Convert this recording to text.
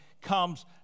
comes